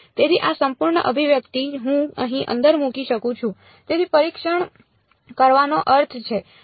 તેથી આ સંપૂર્ણ અભિવ્યક્તિ હું અહીં અંદર મૂકી શકું છું તે પરીક્ષણ કરવાનો અર્થ છે